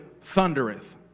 thundereth